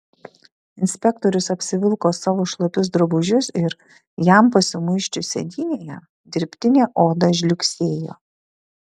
inspektorius apsivilko savo šlapius drabužius ir jam pasimuisčius sėdynėje dirbtinė oda žliugsėjo